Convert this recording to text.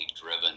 driven